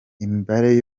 imibare